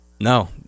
No